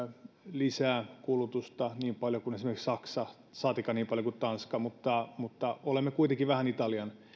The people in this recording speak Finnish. lisää kulutusta niin paljon kuin esimerkiksi saksa saatika niin paljon kuin tanska mutta mutta olemme kuitenkin vähän italian